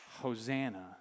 Hosanna